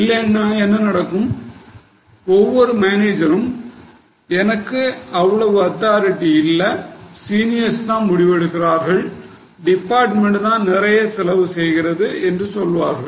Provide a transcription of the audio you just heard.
இல்லேன்னா என்ன நடக்கும் ஒவ்வொரு மேனேஜரும் எனக்கு அவ்வளவு அத்தாரிட்டி இல்ல சீனியர்ஸ் தான் முடிவெடுக்கிறார்கள் டிபார்ட்மெண்ட் தான் நிறைய செலவு செய்கிறது என்று சொல்வார்கள்